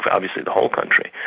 but obviously, the whole country.